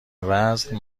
وزن